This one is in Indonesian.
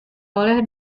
oleh